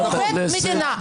הוא עובד מדינה.